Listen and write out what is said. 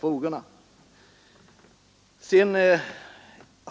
frågorna.